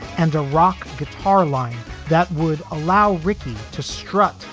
and a rock guitar line that would allow ricky to strut,